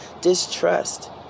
distrust